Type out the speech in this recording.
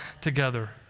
together